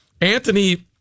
Anthony